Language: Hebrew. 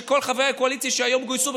כשכל חברי הקואליציה שהיום גויסו,